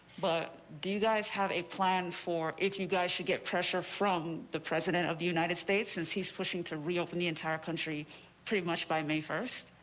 but do you guys have a plan for it you guys should get pressure from the president of the united states says he's pushing to reopen the entire country pretty much by may first.